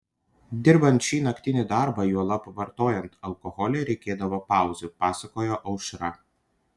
dirbant šį naktinį darbą juolab vartojant alkoholį reikėdavo pauzių pasakojo aušra